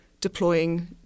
deploying